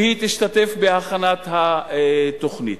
שהיא תשתתף בהכנת התוכנית.